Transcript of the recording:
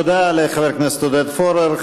תודה לחבר הכנסת עודד פורר.